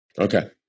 Okay